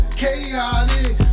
chaotic